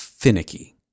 finicky